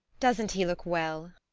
doesn't he look well?